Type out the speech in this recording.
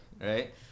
right